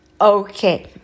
Okay